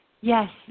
yes